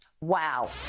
Wow